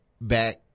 back